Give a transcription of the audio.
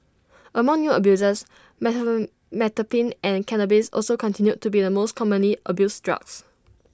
among new abusers and cannabis also continued to be the most commonly abused drugs